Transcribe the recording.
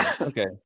Okay